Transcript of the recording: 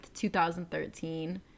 2013